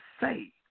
say